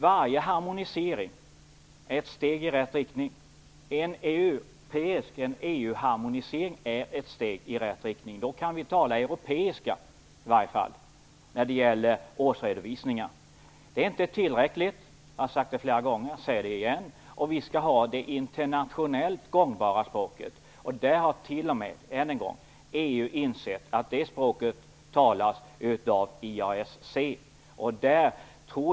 Varje harmonisering är ett steg i rätt riktning. är ett steg i rätt riktning. Då kan vi åtminstone tala "europeiska" när det gäller årsredovisningar. Det är inte tillräckligt - jag har sagt det flera gånger tidigare, och jag säger det igen - om vi skall ha det internationellt gångbara språket. T.o.m. EU har insett att det språket talas av IASC.